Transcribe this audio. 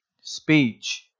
speech